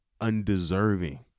undeserving